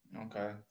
Okay